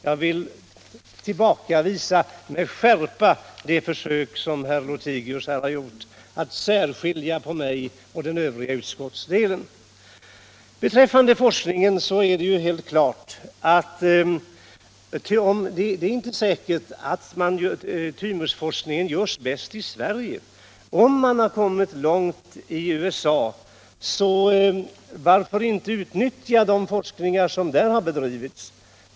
Jag vill med skärpa tillbakavisa de försök som herr Lothigius här har gjort att särskilja mig från utskottets övriga ledamöter. Det är inte säkert att tymusforskningen görs bäst i Sverige. Om man har kommit långt i USA, så varför inte utnyttja resultaten av den forskning som där har bedrivits?